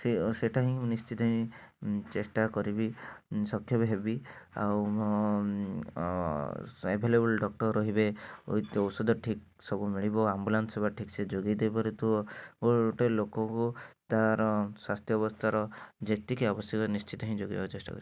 ସେ ସେଟା ହିଁ ମୁଁ ନିଶ୍ଚିତ ହିଁ ଚେଷ୍ଟା କରିବି ସକ୍ଷ୍ୟ ବି ହେବି ଆଉ ମୋ ଆଭେଲେବୁଲ୍ ଡକ୍ଟର୍ ରହିବେ ଉଇଥ୍ ଔଷଧ ଠିକ୍ ସବୁ ମିଳିବ ଆମ୍ବୁଲାନ୍ସ ସେବା ଠିକ୍ ସେ ଯୋଗାଇ ଦେଇପାରୁଥୁବ ଓ ଗୋଟେ ଲୋକକୁ ତା'ର ସ୍ୱାସ୍ଥ୍ୟ ଅବସ୍ଥାର ଯେତିକି ଆବଶ୍ୟକ ନିଶ୍ଚିନ୍ତ ହିଁ ଯୋଗାଇବାକୁ ଚେଷ୍ଟା କରିବି